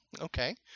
okay